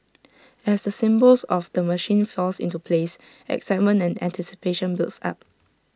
as the symbols of the machine fall into place excitement and anticipation builds up